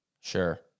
Sure